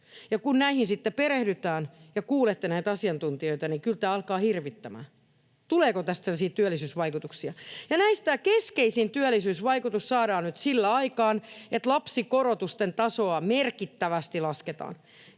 Kun näihin sitten perehdytään ja kuulette näitä asiantuntijoita, niin kyllä tämä alkaa hirvittämään. Tuleeko tästä sellaisia työllisyysvaikutuksia? Ja näistä keskeisin työllisyysvaikutus saadaan nyt aikaan sillä, että lapsikorotusten tasoa merkittävästi lasketaan.